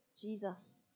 Jesus